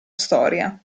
storia